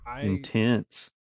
Intense